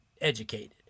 educated